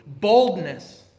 boldness